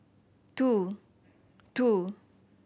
two two